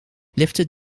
lifted